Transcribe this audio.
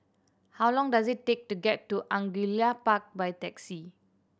how long does it take to get to Angullia Park by taxi